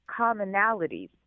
commonalities